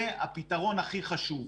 זה הפתרון הכי חשוב.